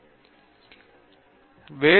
இந்த விவாதத்தை முடிக்க நான் விரும்புவேன்